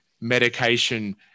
medication